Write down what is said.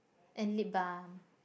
and lip balm